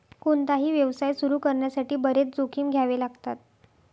कोणताही व्यवसाय सुरू करण्यासाठी बरेच जोखीम घ्यावे लागतात